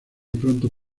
pronto